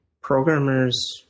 programmers